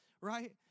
right